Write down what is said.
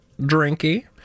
drinky